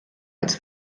als